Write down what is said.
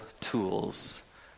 tools